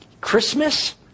Christmas